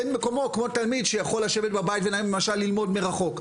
אין מקומו כמו תלמיד שיכול לשבת בבית וללמוד מרחוק.